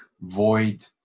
void